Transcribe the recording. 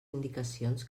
indicacions